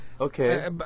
Okay